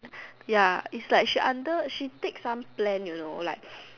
ya is like she under she take some plan you know like